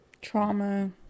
trauma